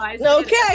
okay